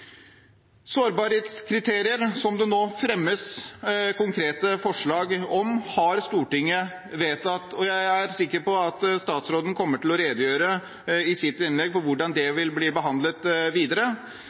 Sårbarhetskriterier, som det nå fremmes konkrete forslag om, har Stortinget vedtatt. Jeg er sikker på at statsråden i sitt innlegg kommer til å redegjøre